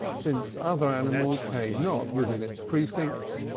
since other animals came not within its precincts,